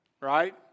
right